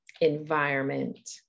environment